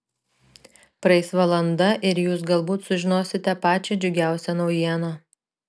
praeis valanda ir jūs galbūt sužinosite pačią džiugiausią naujieną